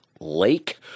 lake